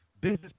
Business